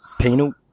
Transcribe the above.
Penal